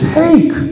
take